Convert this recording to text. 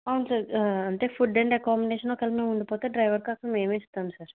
అవును సార్ అంటే food and accommodation ఒకవేళ మేము ఉండిపోతే డ్రైవర్కి మేమే ఇస్తాము సార్